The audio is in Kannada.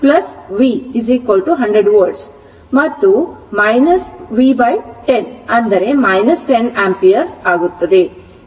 ಆದ್ದರಿಂದ v0 v 100 ವೋಲ್ಟ್ ಮತ್ತು v 10 ಅಂದರೆ 10 ಆಂಪಿಯರ್ ಆಗುತ್ತದೆ